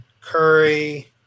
Curry